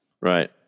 Right